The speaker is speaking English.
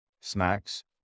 snacks